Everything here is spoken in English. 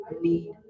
need